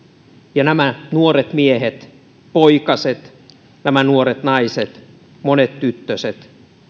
ja nämä nuoret miehet poikaset nämä nuoret naiset monet tyttöset